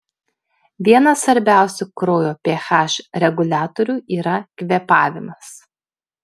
vienas svarbiausių kraujo ph reguliatorių yra kvėpavimas